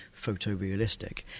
photorealistic